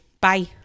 Bye